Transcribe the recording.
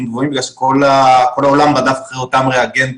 גבוהים בגלל שכל העולם רדף אחר אותם ריאגנטים,